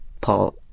Paul